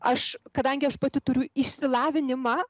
aš kadangi aš pati turiu išsilavinimą